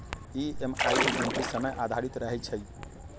EMI के गीनती समय आधारित रहै छइ